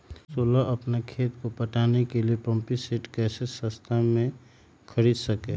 सोलह अपना खेत को पटाने के लिए पम्पिंग सेट कैसे सस्ता मे खरीद सके?